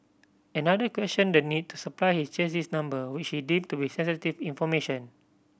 another questioned the need to supply his chassis number which he deemed to be sensitive information